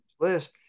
list